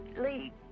Lee